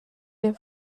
der